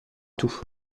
tout